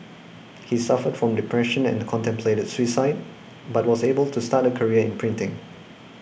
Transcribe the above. he suffered from depression and contemplated suicide but was able to start a career in printing